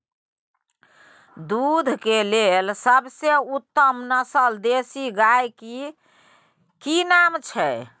दूध के लेल सबसे उत्तम नस्ल देसी गाय के की नाम छै?